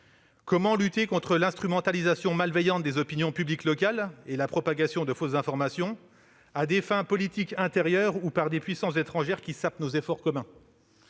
Comment lutter contre l'instrumentalisation malveillante des opinions publiques locales et la propagation de fausses informations à des fins de politique intérieure ou par des puissances étrangères qui sapent nos efforts communs ?